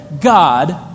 God